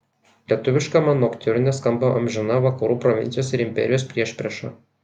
lietuviškame noktiurne skamba amžina vakarų provincijos ir imperijos priešprieša